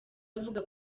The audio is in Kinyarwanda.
avuga